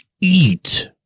eat